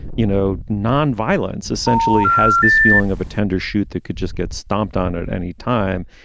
you know, nonviolence essentially has this feeling of a tender shoot that could just get stomped on at any time.